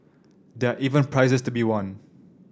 there are even prizes to be won